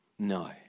No